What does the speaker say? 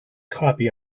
copy